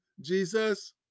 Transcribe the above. Jesus